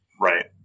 Right